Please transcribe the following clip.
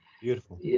Beautiful